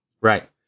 Right